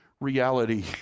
reality